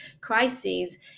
crises